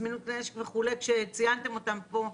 זמינות לנשק וכו' שציינתם אותם פה,